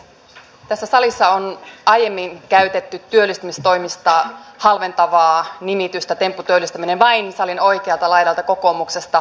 tässä salissa on aiemmin käytetty työllistämistoimista halventavaa nimitystä tempputyöllistäminen vain salin oikealta laidalta kokoomuksesta